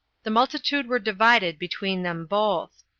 the multitude were divided between them both.